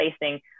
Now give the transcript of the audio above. facing